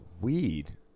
Weed